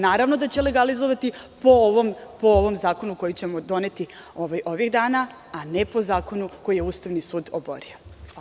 Naravno, da će legalizovati po ovom zakonu koji ćemo doneti ovih dana, a ne po zakonu koji je Ustavni sud oborio.